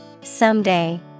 Someday